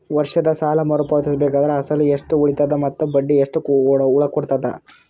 ವರ್ಷದ ಸಾಲಾ ಮರು ಪಾವತಿಸಬೇಕಾದರ ಅಸಲ ಎಷ್ಟ ಉಳದದ ಮತ್ತ ಬಡ್ಡಿ ಎಷ್ಟ ಉಳಕೊಂಡದ?